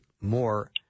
more